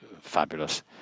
fabulous